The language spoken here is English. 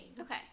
Okay